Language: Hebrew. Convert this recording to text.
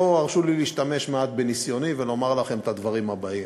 פה הרשו לי להשתמש מעט בניסיוני ולומר לכם את הדברים הבאים: